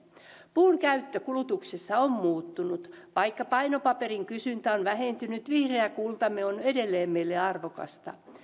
puun käyttö kulutuksessa on muuttunut vaikka painopaperin kysyntä on on vähentynyt vihreä kultamme on edelleen meille arvokasta